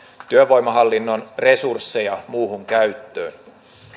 työvoimahallinnon resursseja muuhun käyttöön